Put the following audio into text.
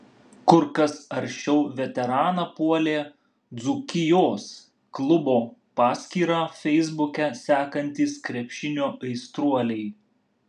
kur kas aršiau veteraną puolė dzūkijos klubo paskyrą feisbuke sekantys krepšinio aistruoliai